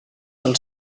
del